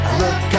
look